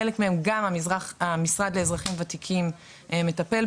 בחלק מהם גם המשרד לאזרחים ותיקים מטפל,